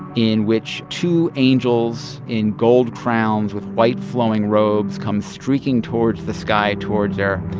in which two angels in gold crowns with white, flowing robes come streaking towards the sky towards her,